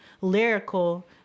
lyrical